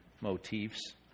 motifs